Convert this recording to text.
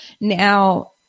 Now